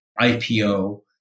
IPO